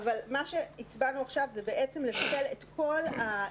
מה שהצבענו עכשיו זה לבטל את כל ההסדר.